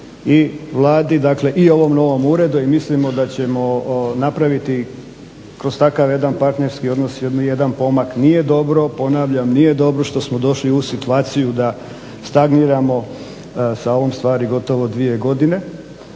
i Vladi i ovom novom uredu i mislimo da ćemo napraviti kroz takav jedan partnerski odnos jedan pomak. Nije dobro, ponavljam, nije dobro što smo došli u situaciju da stagniramo sa ovom stvari gotovo 2 godine,